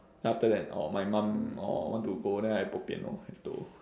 then after that orh my mum orh want to go then I bo pian lor have to